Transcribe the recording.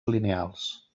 lineals